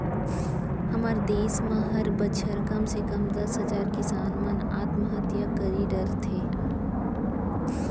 हमर देस म हर बछर कम से कम दस हजार किसान मन आत्महत्या करी डरथे